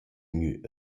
gnü